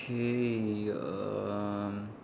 okay uh